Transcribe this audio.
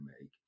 make